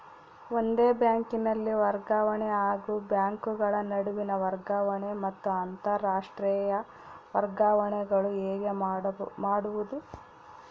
ಒಂದೇ ಬ್ಯಾಂಕಿನಲ್ಲಿ ವರ್ಗಾವಣೆ ಹಾಗೂ ಬ್ಯಾಂಕುಗಳ ನಡುವಿನ ವರ್ಗಾವಣೆ ಮತ್ತು ಅಂತರಾಷ್ಟೇಯ ವರ್ಗಾವಣೆಗಳು ಹೇಗೆ ಮಾಡುವುದು?